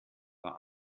war